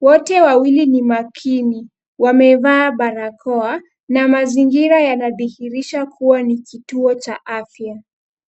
Wote wawili ni makini. Wamevaa barakoa na mazingira yanadhihirisha kuwa ni kituo cha afya.